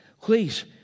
please